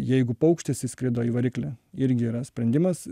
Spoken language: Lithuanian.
jeigu paukštis įskrido į variklį irgi yra sprendimas